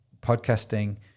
podcasting